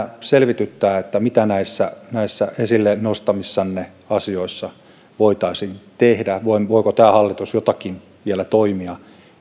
selvityttää mitä näissä näissä esille nostamissanne asioissa voitaisiin tehdä voiko tämä hallitus tehdä vielä joitakin toimia